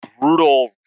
brutal